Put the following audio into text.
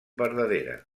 verdadera